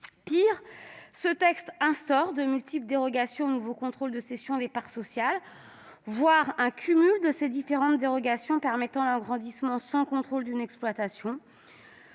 Pis, ce texte instaure de multiples dérogations au nouveau contrôle des cessions des parts sociales, voire un cumul des différentes dérogations permettant l'agrandissement sans contrôle d'une exploitation.